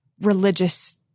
religious